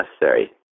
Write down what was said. necessary